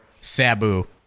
Sabu